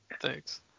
thanks